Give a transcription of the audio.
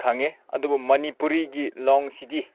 ꯈꯪꯉꯦ ꯑꯗꯨꯕꯨ ꯃꯅꯤꯄꯨꯔꯤꯒꯤ ꯂꯣꯟꯁꯤꯗꯤ